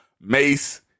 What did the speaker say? Mace